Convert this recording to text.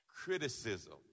Criticism